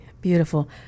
Beautiful